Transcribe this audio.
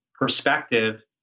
Perspective